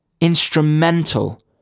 instrumental